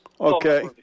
Okay